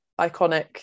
iconic